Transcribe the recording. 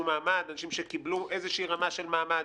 מעמד או אנשים שקיבלו איזושהי רמה של מעמד?